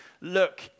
look